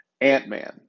Ant-Man